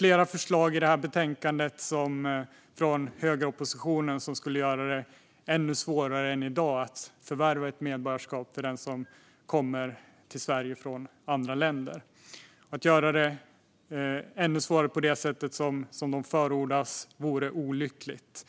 Det finns i detta betänkande flera förslag från högeroppositionen som skulle göra det ännu svårare än i dag att förvärva ett medborgarskap för den som kommer till Sverige från ett annat land. Att göra det ännu svårare på det sätt som förordas vore olyckligt.